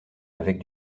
avec